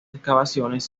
excavaciones